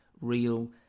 real